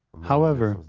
however,